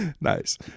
nice